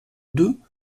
deux